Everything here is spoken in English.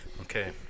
Okay